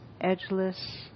edgeless